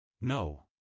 No